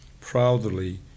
proudly